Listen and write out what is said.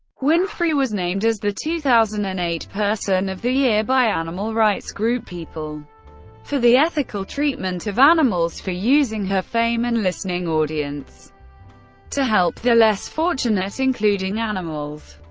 winfrey was named as the two thousand and eight person of the year by animal-rights group people for the ethical treatment of animals for using her fame and listening audience to help the less fortunate, including animals.